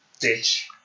Ditch